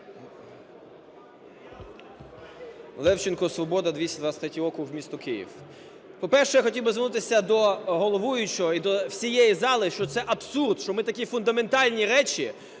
Левченко, "Свобода", 223 округ, місто Київ. По-перше, я хотів би звернутися до головуючого і до всієї зали, що це абсурд, що ми такі фундаментальні речі